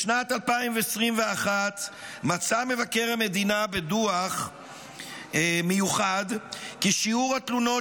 בשנת 2021 מצא מבקר המדינה בדוח מיוחד כי שיעור התלונות